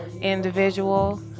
individual